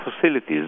facilities